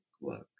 work